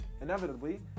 Inevitably